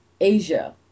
Asia